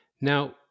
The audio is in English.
Now